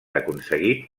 aconseguit